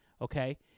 Okay